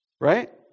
Right